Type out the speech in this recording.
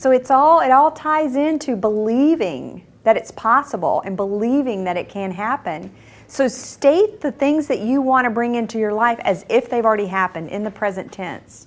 so it's all it all ties into believing that it's possible and believing that it can happen so state the things that you want to bring into your life as if they've already happened in the present